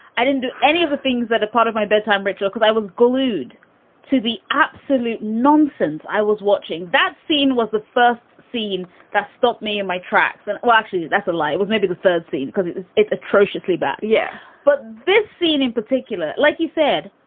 i didn't do any of the things that are part of my bedtime ritual because i was glued to the absolute nonsense. i was watching that scene was the first scene that stopped me in my tracks. and, well, actually, that's a lie. it was maybe the third scene because it's it's atrociously bad. yeah, but this scene in particular, like you said,